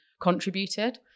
contributed